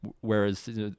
whereas